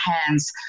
hands